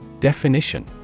Definition